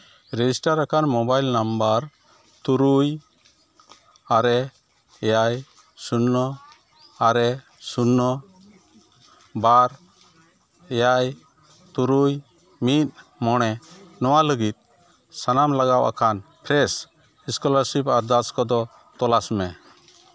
register ᱟᱠᱟᱱ mobile number ᱛᱩᱨᱩᱭ ᱟᱨᱮ ᱮᱭᱟᱭ ᱥᱩᱱᱱᱚ ᱟᱨᱮ ᱥᱩᱱᱱᱚ ᱵᱟᱨ ᱮᱭᱟᱭ ᱛᱩᱨᱩᱭ ᱢᱤᱫ ᱢᱚᱬᱮ ᱱᱚᱣᱟ ᱞᱟᱹᱜᱤᱫ ᱥᱟᱱᱟᱢ ᱞᱟᱜᱟᱣ ᱟᱠᱟᱱ ᱯᱷᱨᱮᱥ ᱥᱠᱚᱞᱟᱨᱥᱤᱯ ᱟᱨᱫᱟᱥ ᱠᱚᱫᱚ ᱛᱚᱞᱟᱥ ᱢᱮ